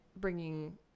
bringing